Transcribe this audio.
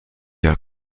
der